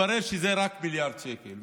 התברר שזה רק מיליארד שקל.